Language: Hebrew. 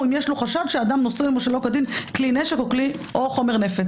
אם יש לו חשד שהאדם נושא שלא כדין כלי נשק או חומר נפץ.